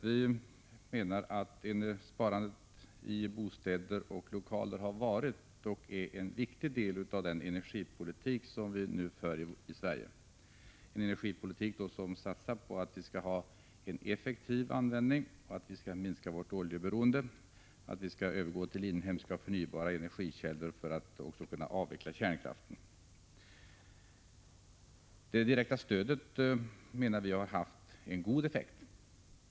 Vi menar att energisparandet i bostäder och lokaler har varit och är en viktig del av den energipolitik som vi nu för i Sverige, en energipolitik som innebär att vi satsar på att vi skall ha en effektiv energianvändning och minska vårt oljeberoende, att vi skall övergå till inhemska och förnybara energikällor för att också kunna avveckla kärnkraften. Det direkta stödet, menar vi, har haft en god effekt.